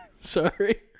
Sorry